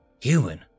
Human